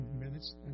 minutes